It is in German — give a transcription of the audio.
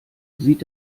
sieht